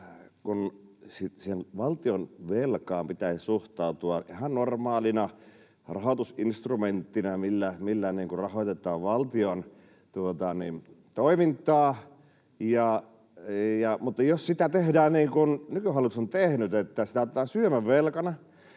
valtionvelkaan pitäisi suhtautua ihan normaalina rahoitusinstrumenttina, millä rahoitetaan valtion toimintaa, niin jos sitä tehdään niin kuin nykyhallitus on tehnyt, niin että sitä otetaan syömävelkana,